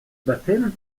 baptême